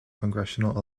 congressional